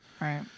right